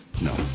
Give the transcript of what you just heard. No